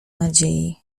nadziei